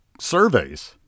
surveys